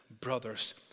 Brothers